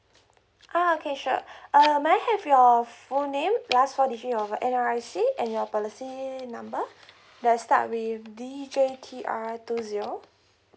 ah okay sure uh may I have your full name last four digit of your N_R_I_C and your policy number that start with D J T R two zero